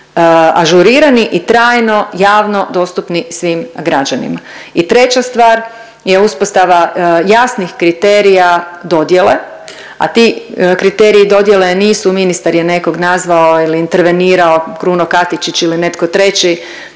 ažurirani i trajno javno dostupni svim građanima. I treća stvar je uspostava jasnih kriterija dodjele, a ti kriteriji dodjele nisu ministar je nekog nazvao ili intervenirao Kruno Katičić ili netko treći